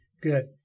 Good